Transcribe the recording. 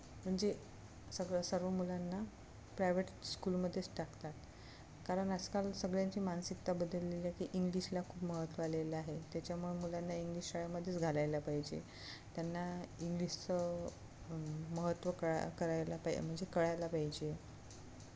म्हणजे सगळं सर्व मुलांना प्रायव्हेट स्कूलमध्येच टाकतात कारण आजकाल सगळ्यांची मानसिकता बदललेली आहे की इंग्लिशला खूप महत्त्व आलेलं आहे त्याच्यामुळे मुलांना इंग्लिश शाळेमध्येच घालायला पाहिजे त्यांना इंग्लिशचं महत्त्व कळा करायला पाय म्हणजे कळायला पाहिजे